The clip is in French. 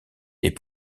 des